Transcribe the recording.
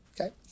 Okay